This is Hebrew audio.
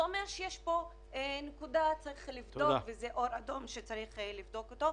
זה אומר שיש פה נקודה שצריך לבדוק וזה אור אדום שצריך לבדוק אותו.